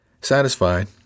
Satisfied